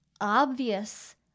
obvious